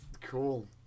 Cool